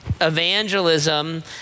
Evangelism